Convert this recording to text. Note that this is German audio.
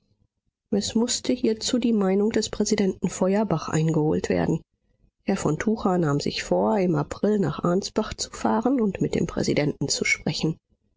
es mußte hierzu die meinung des präsidenten feuerbach eingeholt werden herr von tucher nahm sich vor im april nach ansbach zu fahren und mit dem präsidenten zu sprechen